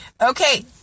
okay